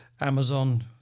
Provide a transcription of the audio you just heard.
Amazon